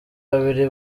babiri